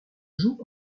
jouent